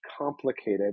complicated